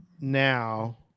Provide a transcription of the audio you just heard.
now